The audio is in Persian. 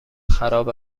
خراب